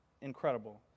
incredible